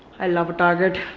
i love target.